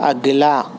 اگلا